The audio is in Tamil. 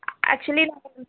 ஆக்சுவலி